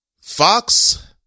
Fox